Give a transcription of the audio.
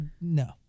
no